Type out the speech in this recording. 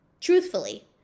Truthfully